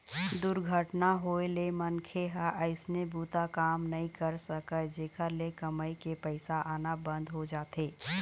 दुरघटना होए ले मनखे ह अइसने बूता काम नइ कर सकय, जेखर ले कमई के पइसा आना बंद हो जाथे